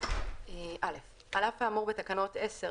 על אף האמור בתקנות 10,